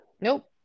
nope